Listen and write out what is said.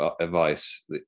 advice